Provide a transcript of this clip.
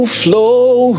flow